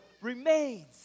remains